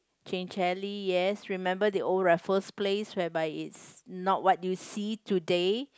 Chinchelly yes remember the old Raffles Place whereby it's not what you see today